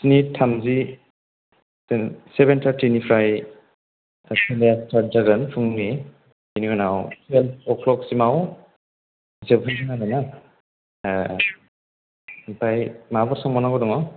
स्नि थामजि सेभेन थार्टटिनिफ्राइ खेलाया स्टर्ट जागोन फुंनि बेनि उनाव टुवेल्भ अ क्लक सिमाव जोबहैगोन आरोना आमफ्राइ माबाफोर सोंबावनांगौ दङ